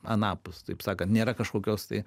anapus taip sakant nėra kažkokios tai